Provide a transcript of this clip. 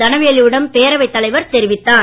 தனவேலுவிடம் பேரவைத் தலைவர் தெரிவித்தார்